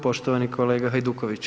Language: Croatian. Poštovani kolega Hajduković.